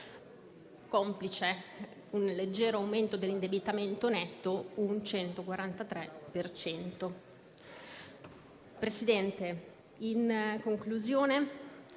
complice un leggero aumento dell'indebitamento netto, al 143